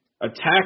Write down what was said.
attack